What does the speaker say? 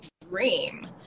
dream